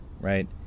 right